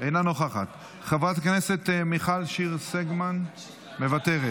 אינה נוכחת, חברת הכנסת מיכל שיר סגמן, מוותרת,